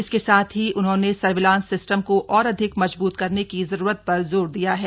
इसके साथ ही उन्होंने सर्विलांस सिस्टम को और अधिक मजबूत करने की जरूरत पर जोर दिया है